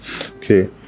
okay